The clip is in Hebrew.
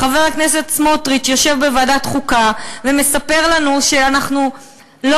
כשחבר הכנסת סמוטריץ יושב בוועדת החוקה ומספר לנו שאנחנו לא